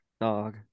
Dog